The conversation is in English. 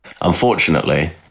Unfortunately